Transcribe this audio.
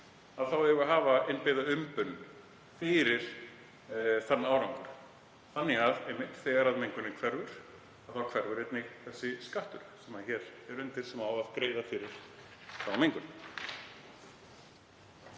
eigum við að hafa innbyggða umbun fyrir þann árangur þannig að þegar mengunin hverfur, hverfur einnig þessi skattur sem hér er undir og á að greiða fyrir þessa mengun.